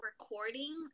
recording